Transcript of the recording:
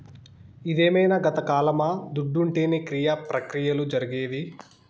ఇదేమైన గతకాలమా దుడ్డుంటేనే క్రియ ప్రక్రియలు జరిగేది